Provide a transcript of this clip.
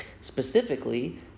Specifically